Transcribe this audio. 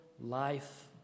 life